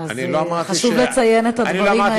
אני לא אמרתי, אז חשוב לציין את הדברים האלה.